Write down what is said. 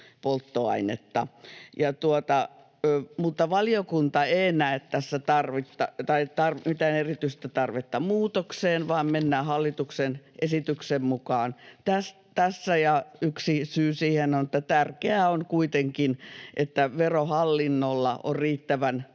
polttoainetta. Valiokunta ei näe tässä mitään erityistä tarvetta muutokseen, vaan mennään hallituksen esityksen mukaan. Yksi syy siihen on, että tärkeää on kuitenkin, että Verohallinnolla on riittävän